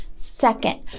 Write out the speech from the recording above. Second